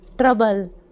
Trouble